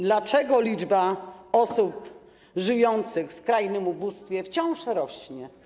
Dlaczego liczba osób żyjących w skrajnym ubóstwie wciąż rośnie?